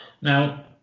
Now